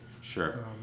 Sure